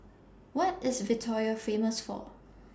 What IS Victoria Famous For